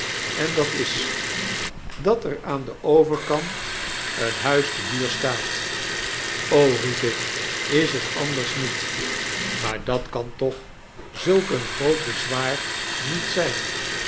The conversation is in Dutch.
en dat is p b dat er aan den overkant een huis te huur staat riep ik fl is het anders niet maar dat kan toch zulk een groot bezwaar niet zyn